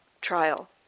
trial